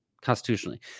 constitutionally